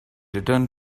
returned